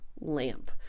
lamp